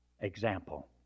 example